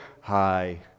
hi